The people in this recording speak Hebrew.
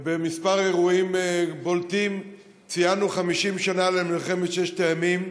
בכמה אירועים בולטים ציינו 50 שנה למלחמת ששת הימים,